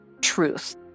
truth